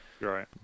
Right